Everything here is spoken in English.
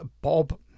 Bob